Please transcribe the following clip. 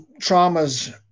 traumas